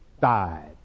died